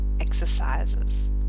exercises